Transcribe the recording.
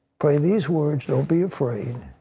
pray these words, don't be afraid.